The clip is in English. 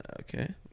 Okay